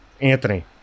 Anthony